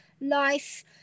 life